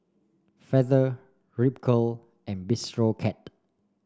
Feather Ripcurl and Bistro Cat